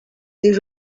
they